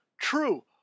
true